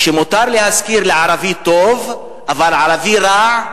שמותר להשכיר לערבי טוב אבל לערבי רע,